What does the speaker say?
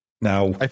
Now